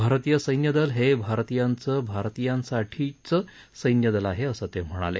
भारतीय सैन्यदल हे भारतीयांचं भारतीयांच्यासाठीचं सैन्यदल आहे असं ते म्हणाले